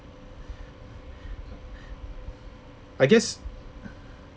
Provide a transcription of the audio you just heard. I guess